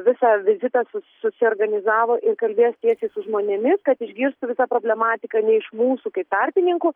visą vizitą su susiorganizavo ir kalbės tiesiai su žmonėmis kad išgirstų visą problematiką ne iš mūsų kaip tarpininkų